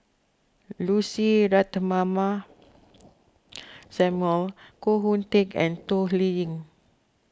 Lucy Ratnammah Samuel Koh Hoon Teck and Toh Liying